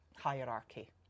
hierarchy